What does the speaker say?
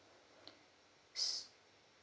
so